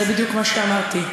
זה בדיוק מה שאמרתי,